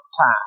time